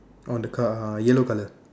on the car yellow color